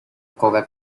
coca